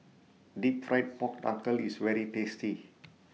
Deep Fried Pork Knuckle IS very tasty